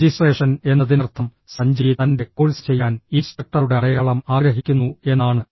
registration എന്നതിനർത്ഥം സഞ്ജയ് തന്റെ course ചെയ്യാൻ ഇൻസ്ട്രക്ടറുടെ അടയാളം ആഗ്രഹിക്കുന്നു എന്നാണ്